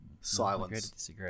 Silence